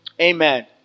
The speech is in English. Amen